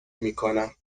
میکنم